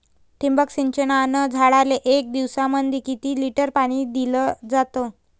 ठिबक सिंचनानं झाडाले एक दिवसामंदी किती लिटर पाणी दिलं जातं?